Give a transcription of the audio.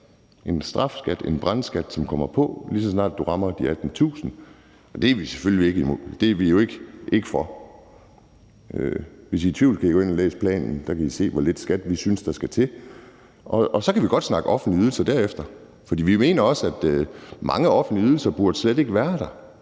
en strafskat og en brandskat, som kommer på, lige så snart du rammer 18.000 kr., og det er vi jo ikke for. Hvis I er i tvivl, kan I gå ind og læse planen. Der kan I se, hvor lidt skat vi synes der skal til. Så kan vi godt snakke offentlige ydelser derefter, for vi mener også, at mange offentlige ydelser slet ikke burde